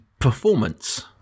performance